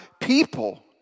people